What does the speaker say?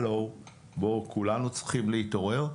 כולנו צריכים להתעורר.